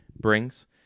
Brings